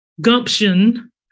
gumption